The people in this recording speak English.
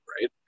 right